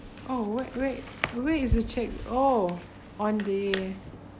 oh what wait where is the check oh on day